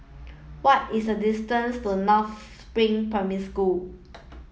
what is the distance to North Spring Primary School